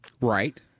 Right